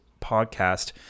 podcast